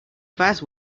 fast